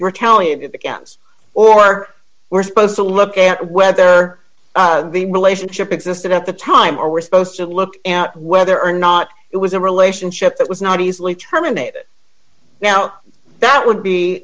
retaliated against or we're supposed to look at whether the relationship existed at the time or we're supposed to look at whether or not it was a relationship that was not easily terminated now that would